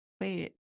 wait